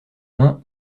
mains